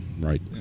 Right